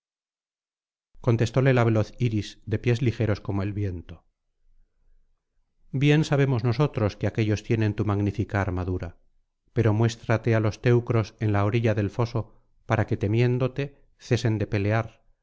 contestóle la veloz iris de pies ligeros como el viento bien sabemos nosotros que aquéllos tienen tu magnífica armadura pero muéstrate á los teucros en la orilla del foso para que temiéndote cesen de pelear